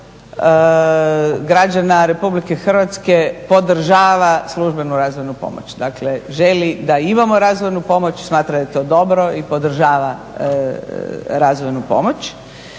86% građana RH podržava službenu razvojnu pomoć, dakle želi da imamo razvojnu pomoć, smatraju da je to dobro i podržava razvojnu pomoć.